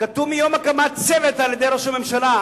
כתוב מיום הקמת צוות על-ידי ראש הממשלה.